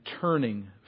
turning